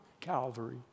Calvary